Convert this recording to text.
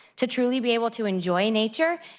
to truly be able to enjoy nature,